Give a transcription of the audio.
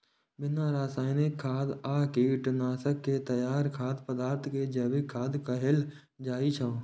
बिना रासायनिक खाद आ कीटनाशक के तैयार खाद्य पदार्थ कें जैविक खाद्य कहल जाइ छै